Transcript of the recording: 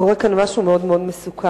קורה כאן משהו מאוד מאוד מסוכן,